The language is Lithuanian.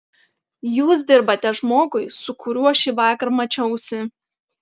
jūs dirbate žmogui su kuriuo šįvakar mačiausi